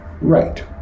right